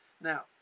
Now